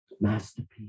Masterpiece